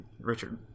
Richard